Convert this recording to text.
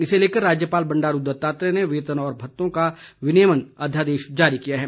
इसे लेकर राज्यपाल बंडारू दत्तात्रेय ने वेतन और भत्तों का विनियमन अध्यादेश जारी किया है